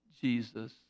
Jesus